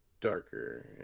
darker